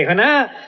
and no